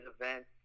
event